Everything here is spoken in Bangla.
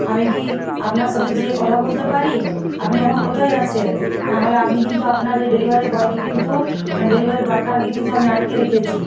আমি কি আপনার সাথে যেয়ে কথা পারি আপনি এখন কোথায় আছেন নাহলে আমি কিন্তু আপনার এই ডেলিভারি বয়কে কিন্তু ডেলিভারি পার্টনারকে কিন্তু আমি আটকে রেখেছি